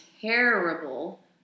terrible